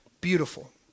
beautiful